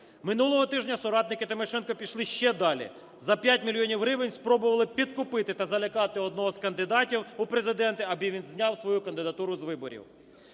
Минулого тижня соратники Тимошенко пішли ще далі: за 5 мільйонів гривень спробували підкупити та залякати одного з кандидатів у Президенти, аби він зняв свою кандидатуру з виборів.